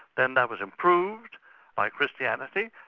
then that was improved by christianity,